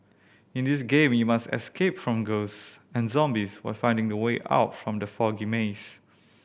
in this game you must escape from ghost and zombies while finding the way out from the foggy maze